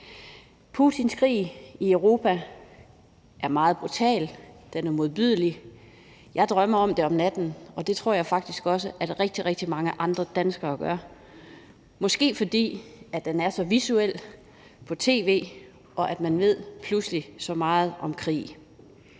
Putins krig i Europa er meget brutal, den er modbydelig, og jeg drømmer om det om natten, og det tror jeg faktisk også at rigtig, rigtig mange andre danskere gør, måske fordi den er så visuel på tv og man pludselig ved så meget om krig.